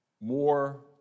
more